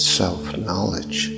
self-knowledge